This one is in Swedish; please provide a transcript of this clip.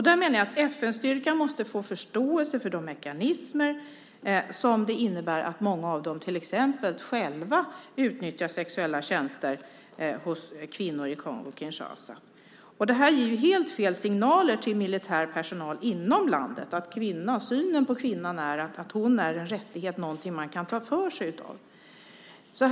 Där menar jag att FN-styrkan måste få förståelse för de mekanismer som gör att många av dem till exempel själva utnyttjar sexuella tjänster hos kvinnor i Kongo-Kinshasa. Det här ger helt fel signaler till militär personal inom landet att synen på kvinnan är att hon är en rättighet, någonting man kan ta för sig av.